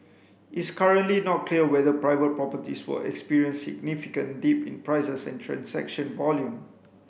it's currently not clear whether private properties will experience significant dip in prices and transaction volume